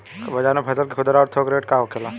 बाजार में फसल के खुदरा और थोक रेट का होखेला?